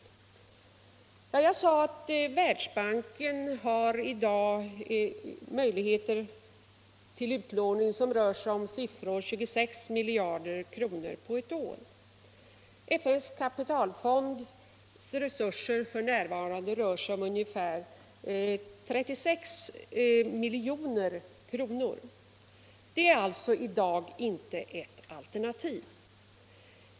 Men som jag sade har Världsbanken i dag möjligheter att låna ut pengar till ett belopp som rör sig om 26 miljarder på ett år, medan resurserna i FN:s kapitalfond f. n. rör sig om ungefär 36 miljoner. Det är alltså inte något alternativ i dag.